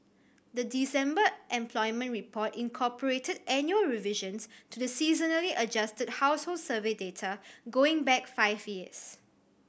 the December employment report incorporated annual revisions to the seasonally adjusted household survey data going back five years